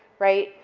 right.